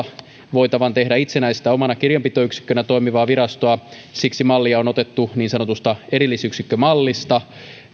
voitavan tehdä itsenäistä omana kirjanpitoyksikkönään toimivaa virastoa siksi mallia on otettu niin sanotusta erillisyksikkömallista